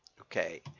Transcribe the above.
Okay